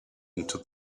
into